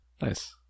nice